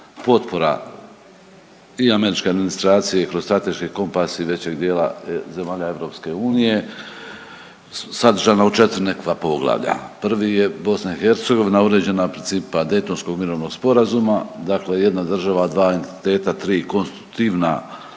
potpora i američke administracije kroz Strateški kompas i većeg dijela zemalja EU, sadržana u 4 nekakva poglavlja. Prvi je BiH uređena principa Daytonskog mirovnog sporazuma, dakle 1 država, 2 entiteta, 3 konstitutivna